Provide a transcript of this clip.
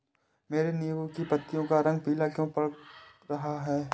मेरे नींबू की पत्तियों का रंग पीला क्यो पड़ रहा है?